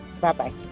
Bye-bye